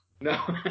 No